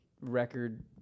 record